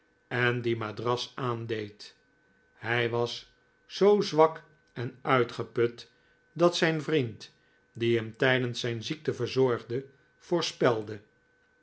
en die madras aandeed hij was zoo zwak en uitgeput dat zijn vriend die hem tijdens zijn ziekte verzorgde